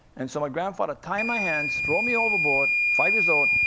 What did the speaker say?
and so my grandfather tie my hands, throw me overboard, five years old,